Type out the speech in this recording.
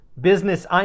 Business